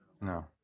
No